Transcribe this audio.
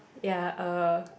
ya uh